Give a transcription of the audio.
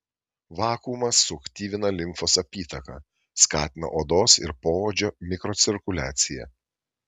vakuumas suaktyvina limfos apytaką skatina odos ir poodžio mikrocirkuliaciją